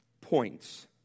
points